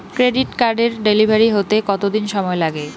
Credit কার্ডের delivery হতে কতদিন সময় লাগে?